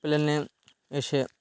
প্লেনে এসে